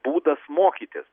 būdas mokytis